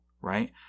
right